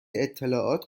اطلاعات